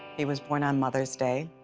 he was born on mother's day,